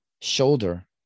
shoulder